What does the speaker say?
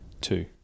Two